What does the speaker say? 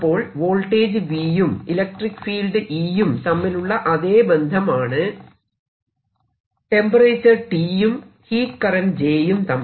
അപ്പോൾ voltage V യും electric field E യും തമ്മിലുള്ള അതെ ബന്ധമാണ് ടെമ്പറേച്ചർ T യും ഹീറ്റ് കറന്റ് j യും തമ്മിൽ